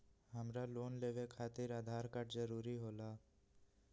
हमरा लोन लेवे खातिर आधार कार्ड जरूरी होला?